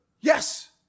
Yes